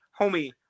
homie